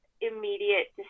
immediate